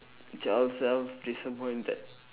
child self disappointed